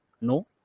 No